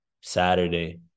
Saturday